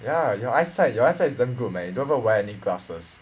ya your eyesight your eyesight damn good man you don't even wear any glasses